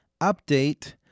update